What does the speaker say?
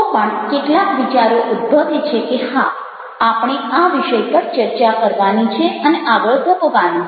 તો પણ કેટલાક વિચારો ઉદભવે છે કે હા આપણે આ વિષય પર ચર્ચા કરવાની છે અને આગળ ધપવાનું છે